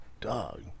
dog